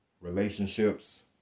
relationships